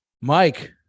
Mike